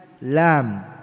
lam